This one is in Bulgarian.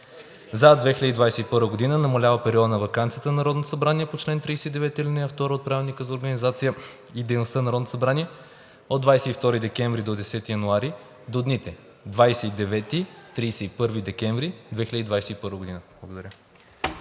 За 2021 г. намалява периода на ваканцията на Народното събрание по чл. 39, ал. 2 от Правилника за организацията и дейността на Народното събрание от 22 декември до 10 януари до дните 29 – 31 декември 2021 г.“ Благодаря.